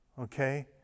okay